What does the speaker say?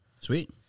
Sweet